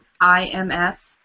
I-M-F